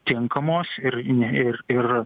tinkamos ir ne ir ir